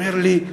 אומר לי: